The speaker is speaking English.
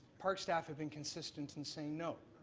park staff have been consistent in saying no.